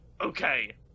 okay